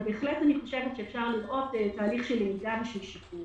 אבל בהחלט אני חושבת שאפשר לראות תהליך של למידה ושל שיפור.